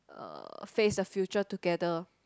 uh face the future together